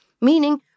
meaning